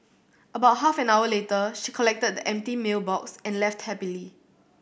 about half an hour later she collected the empty meal box and left happily